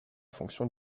fonction